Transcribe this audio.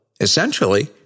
Essentially